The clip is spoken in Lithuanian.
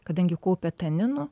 kadangi kaupia taninų